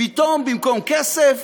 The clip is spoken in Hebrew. פתאום במקום כסף